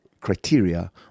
criteria